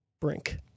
Brink